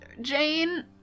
Jane